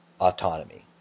autonomy